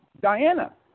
Diana